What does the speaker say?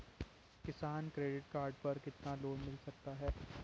किसान credit card पर कितना लोंन मिल सकता है?